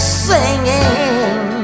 singing